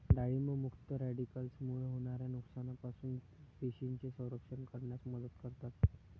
डाळिंब मुक्त रॅडिकल्समुळे होणाऱ्या नुकसानापासून पेशींचे संरक्षण करण्यास मदत करतात